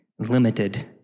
limited